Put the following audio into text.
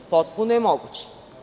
Potpuno je moguće.